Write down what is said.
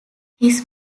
his